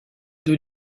deux